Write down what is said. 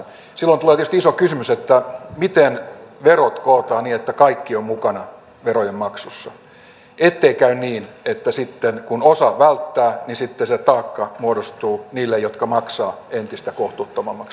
silloin tulee tietysti iso kysymys miten verot kootaan niin että kaikki ovat mukana verojen maksussa ettei käy niin että sitten kun osa välttää taakka muodostuu niille jotka maksavat entistä kohtuuttomammaksi